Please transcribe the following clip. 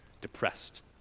depressed